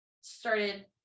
started